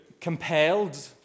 compelled